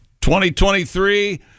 2023